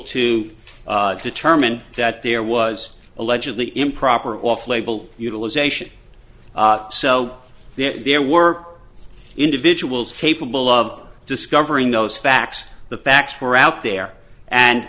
to determine that there was allegedly improper off label utilization so that their work individuals capable of discovering those facts the facts were out there and